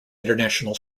international